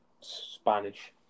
Spanish